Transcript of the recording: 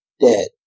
dead